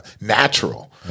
natural